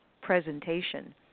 presentation